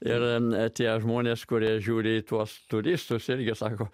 ir tie žmonės kurie žiūri į tuos turistus irgi sako